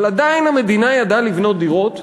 אבל עדיין המדינה ידעה לבנות דירות,